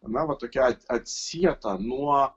na va tokia atsieta nuo